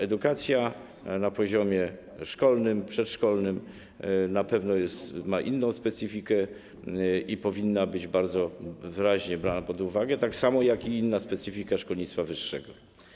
Edukacja na poziomie szkolnym, przedszkolnym na pewno ma inną specyfikę i powinna być bardzo wyraźnie brana pod uwagę, tak samo jak i inna jest specyfika szkolnictwa wyższego.